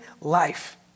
life